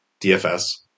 DFS